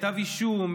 כתב אישום,